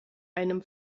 einem